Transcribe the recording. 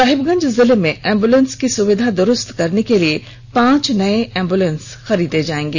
साहिबगंज जिले में एम्बुलेंस की सुविधा दुरुस्त करने के लिए पांच नए एम्बुलेंस खरीदे जाएंगे